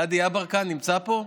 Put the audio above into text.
גדי יברקן נמצא פה?